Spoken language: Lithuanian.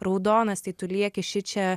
raudonas tai tu lieki šičia